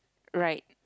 right